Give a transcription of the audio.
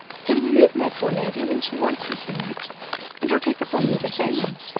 can you leave my poor lady when she wants you so much and i'll take upon me to say, ma'am,